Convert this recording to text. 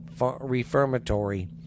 Reformatory